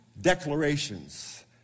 declarations